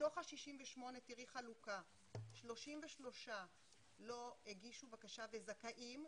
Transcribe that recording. מתוך ה-68 תראי חלוקה: 33 לא הגישו בקשה וזכאים,